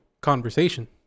Conversation